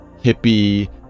hippie